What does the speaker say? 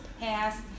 past